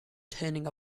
turning